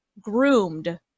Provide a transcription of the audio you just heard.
groomed